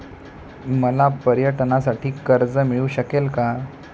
मला पर्यटनासाठी कर्ज मिळू शकेल का?